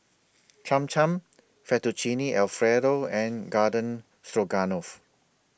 Cham Cham Fettuccine Alfredo and Garden Stroganoff